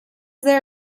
there